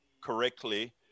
correctly